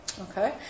Okay